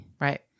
right